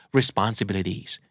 responsibilities